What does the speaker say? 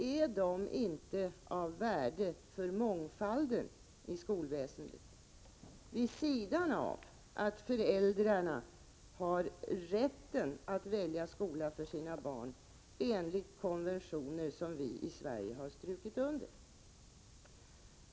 Är de inte av värde för mångfalden i skolväsendet, vid sidan av att föräldrarna har rätten att välja skola för sina barn enligt de konventioner som vi i Sverige har strukit under?